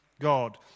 God